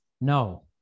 no